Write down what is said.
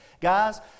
Guys